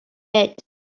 hid